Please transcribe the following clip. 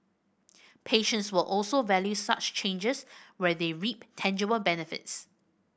patients will also value such changes where they reap tangible benefits